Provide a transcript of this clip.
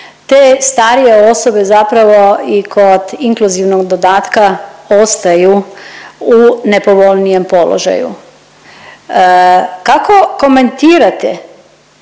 te starije osobe zapravo i kod inkluzivnog dodatka ostaju položaju. Kako komentirate